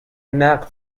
نقد